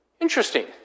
Interesting